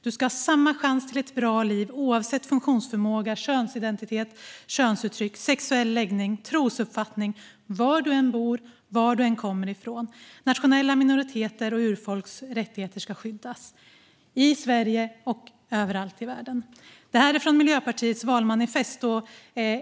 Du ska ha samma chans till ett bra liv oavsett funktionsförmåga, könsidentitet och könsuttryck, sexuell läggning, trosuppfattning, var du bor eller varifrån du kommer. Nationella minoriteters och urfolks rättigheter ska skyddas." Det gäller i Sverige och överallt i världen. Det här är från Miljöpartiets valmanifest.